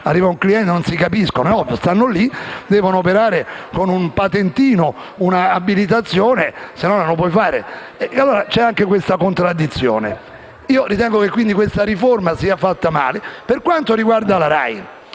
arriva un cliente e non si capiscono? È ovvio, stanno lì e devono operare con un patentino, con un'abilitazione; sennò non lo possono fare. Allora c'è anche questa contraddizione. Io ritengo, in sostanza, che questa riforma sia fatta male. Per quanto riguarda la RAI,